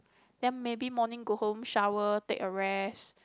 then maybe morning go home shower take a rest